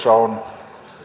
on